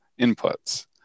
inputs